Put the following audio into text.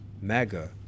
MAGA